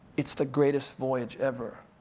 it's the greatest voyage ever.